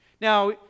Now